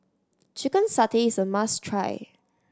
chicken satay is a must try